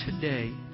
today